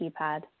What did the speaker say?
keypad